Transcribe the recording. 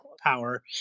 power